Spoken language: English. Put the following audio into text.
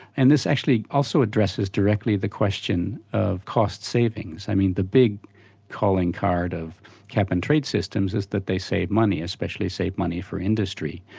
and this actually also addresses directly the question of cost savings. i mean the big calling card of cap and trade systems is that they save money especially save money for industry.